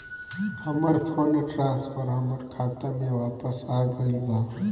हमर fund transfer हमर खाता में वापस आ गईल बा